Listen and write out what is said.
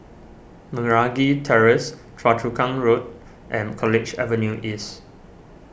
Meragi Terrace Choa Chu Kang Road and College Avenue East